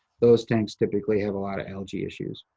those tanks typically have a lot of algae issues.